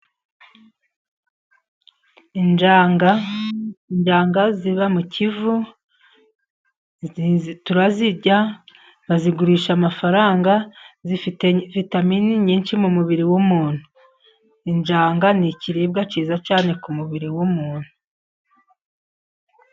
Injanga, injanga ziba mu kivu, turazirya, bazigurisha amafaranga, zifite vitaminini nyinshi mu mubiri w'umuntu. Injanga ni ikiribwa cyiza cyane ku mubiri w'umuntu.